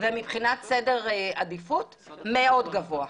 ומבחינת סדר עדיפות, מאוד גבוה,